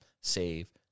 Save